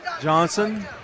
Johnson